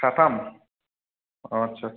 साथाम अ आथसा सा